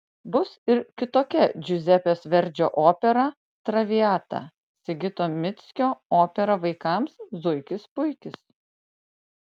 bus ir kitokia džiuzepės verdžio opera traviata sigito mickio opera vaikams zuikis puikis